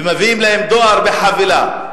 ומביאים להם דואר בחבילה,